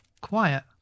Quiet